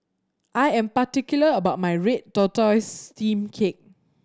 I am particular about my red tortoise steamed cake